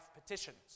petitions